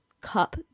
cup